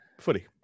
Footy